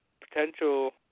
potential